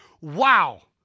wow